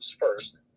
first